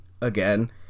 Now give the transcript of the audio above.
again